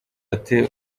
ati